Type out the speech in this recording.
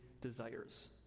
desires